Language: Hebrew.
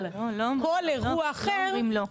אבל כל אירוע אחר.